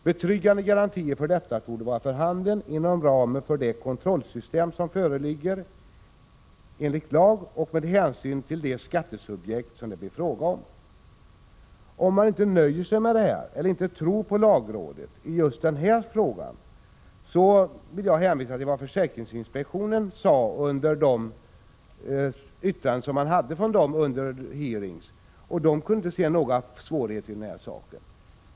Betryggande garantier för detta torde vara för handen inom ramen för det kontrollsystem som föreligger enligt lag och med hänsyn till de skattesubjekt som det blir fråga om.” Om man inte nöjer sig med detta, eller inte tror på lagrådet i just denna fråga, vill jag hänvisa till vad försäkringsinspektionen anförde under de hearings som anordnades. Försäkringsinspektionen kunde inte se några svårigheter i den här delen.